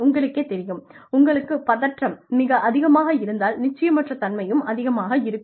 உங்களுக்கேத் தெரியும் உங்களுக்கு பதற்றம் மிக அதிகமாக இருந்தால் நிச்சயமற்ற தன்மையும் அதிகமாக இருக்கும்